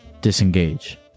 disengage